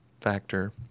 factor